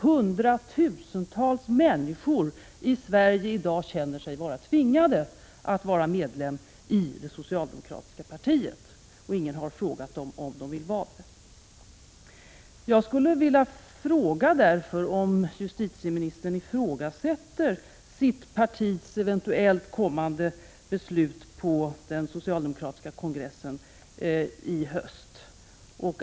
Hundratusentals människor i Sverige känner sig i dag vara tvingade att gå in som medlemmar i det socialdemokratiska partiet, och ingen har frågat dem om de vill göra det. Därför undrar jag om justitieministern ifrågasätter sitt partis eventuellt kommande beslut på den socialdemokratiska kongressen i höst.